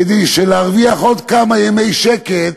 כדי להרוויח עוד כמה ימי שקט,